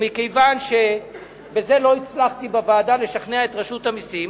ומכיוון שבזה לא הצלחתי בוועדה לשכנע את רשות המסים,